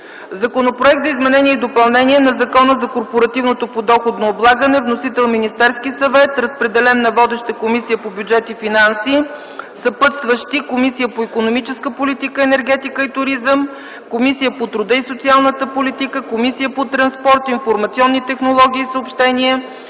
Законопроект за изменение и допълнение на Закона за корпоративното подоходно облагане. Вносител е Министерският съвет. Водеща е Комисията по бюджет и финанси. Съпътстващи са Комисията по икономическата политика, енергетика и туризъм, Комисията по труда и социалната политика, Комисията по транспорт, информационни технологии и съобщения